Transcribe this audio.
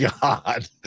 God